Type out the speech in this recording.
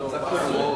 נתקבלה.